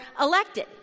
elected